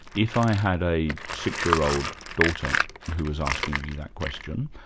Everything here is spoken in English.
if i had a six year old daughter who was asking me that question,